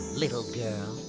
little girl!